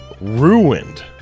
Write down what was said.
Ruined